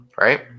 right